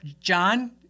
John